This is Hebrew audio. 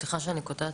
סליחה שאני קוטעת,